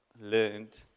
learned